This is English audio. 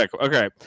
Okay